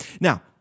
now